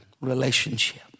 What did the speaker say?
relationship